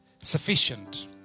sufficient